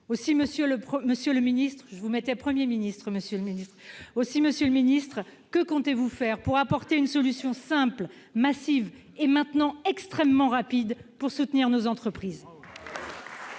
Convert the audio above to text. ... Monsieur le ministre, que comptez-vous faire pour apporter une solution simple, massive et extrêmement rapide en soutien de nos entreprises ?